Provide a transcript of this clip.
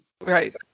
Right